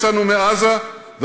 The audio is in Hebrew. תודה לחבר הכנסת אלעזר שטרן.